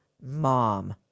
mom